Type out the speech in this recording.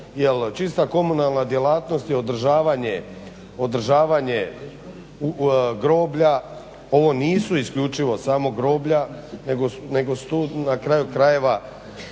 jer čista komunalna djelatnost je održavanje groblja, ovo nisu isključivo samo groblja nego su tu na kraju krajeva